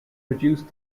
produced